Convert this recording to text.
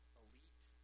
elite